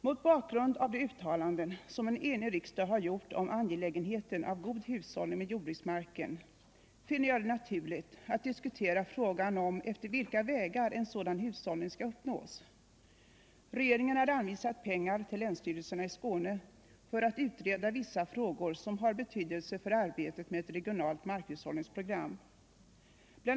Mot bakgrund av de uttalanden som en enig riksdag har gjort om angelägenheten av god hushållning med jordbruksmarken, finner jag det naturligt att diskutera frågan om efter vilka vägar en sådan hushållning skall uppnås. Regeringen har anvisat pengar till länsstyrelserna i Skåne för att utreda vissa frågor som har betydelse för arbetet med ett regionalt markhushållningsprogram. Bl.